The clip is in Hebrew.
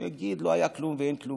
הוא יגיד: לא היה כלום ואין כלום,